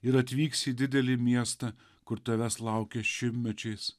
ir atvyksi į didelį miestą kur tavęs laukė šimtmečiais